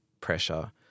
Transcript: pressure